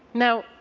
now,